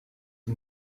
den